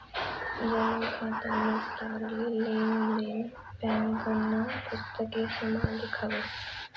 जमा खातामझारली लेन देन ब्यांकना पुस्तकेसमा लिखावस